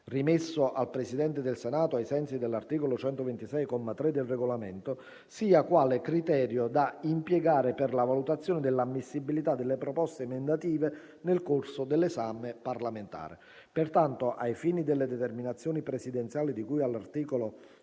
rimesso al Presidente del Senato ai sensi dell’articolo 126, comma 3, del Regolamento, sia quale criterio da impiegare per la valutazione dell’ammissibilità delle proposte emendative nel corso dell’esame parlamentare. Pertanto, ai fini delle determinazioni presidenziali di cui all’articolo